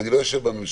ואני לא יושב בממשלה.